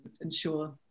ensure